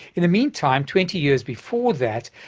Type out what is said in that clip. in the meantime, twenty years before that,